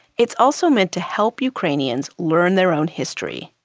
it's also meant to help ukrainians learn their own history.